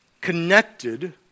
connected